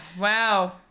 Wow